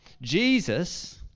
Jesus